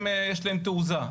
יש להם תעוזה.